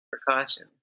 precautions